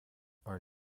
are